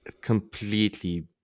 completely